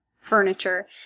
furniture